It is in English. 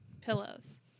Pillows